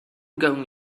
going